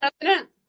president